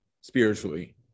spiritually